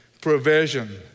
provision